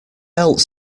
else